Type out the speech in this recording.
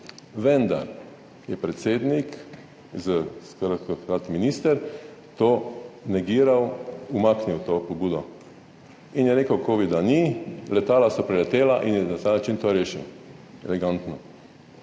Vendar je predsednik, takrat minister, to negiral, umaknil to pobudo in je rekel covida ni, letala so preletela in je na ta način to rešil, elegantno.